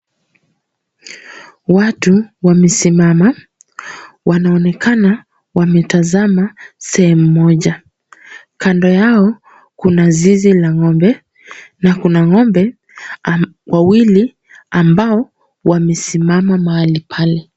Watu wamesimama. Wanaonekana wametazama sehemu moja. Kando yao kuna zizi la ng'ombe na kuna ng'ombe wawili ambao wamesimama mahali pale.